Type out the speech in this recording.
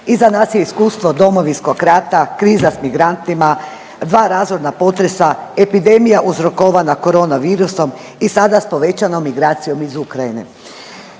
iza nas je iskustvo Domovinskog rata, kriza s migrantima, dva razorna potresa, epidemija uzrokovana koronavirusom i sada s povećanom migracijom iz Ukrajine.